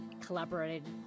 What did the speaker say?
collaborated